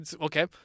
Okay